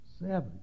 seven